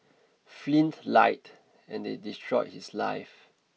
Flynn lied and they destroyed his life